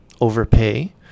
overpay